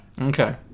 Okay